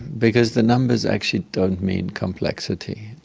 because the numbers actually don't mean complexity.